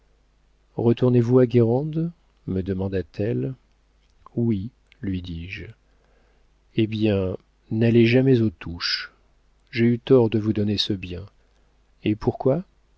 retournez-vous à guérande me demanda-t-elle oui lui dis-je eh bien n'allez jamais aux touches j'ai eu tort de vous donner ce bien et pourquoi